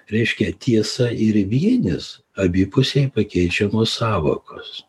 reiškia tiesa ir vienis abipusiai pakeičiamos sąvokos